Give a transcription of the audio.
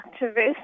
activists